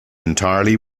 entirely